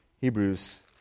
Hebrews